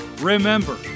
Remember